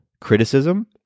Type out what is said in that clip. criticism